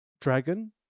Dragon